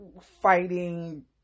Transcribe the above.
fighting